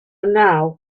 now